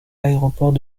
aéroports